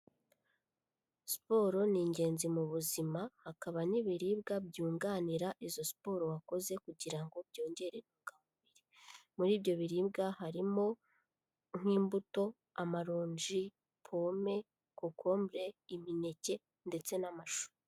Siporo ni ingenzi mu buzima, hakaba n'ibiribwa byunganira izo siporo wakoze kugira ngo byongere intungamubiri, muri ibyo biribwa harimo nk'imbuto: amaronji, pome, kokombure, imineke ndetse n'amashu.